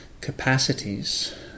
capacities